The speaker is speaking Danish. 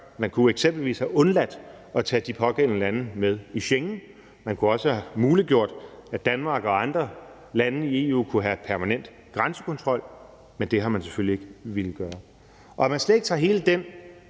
Man kunne eksempelvis har undladt at tage de pågældende lande med i Schengen. Man kunne også have muliggjort, at Danmark og andre lande i EU kunne have permanent grænsekontrol, men det har man selvfølgelig ikke villet gøre. Når man slet ikke tager hele den